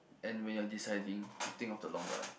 and when you're deciding you think of the long run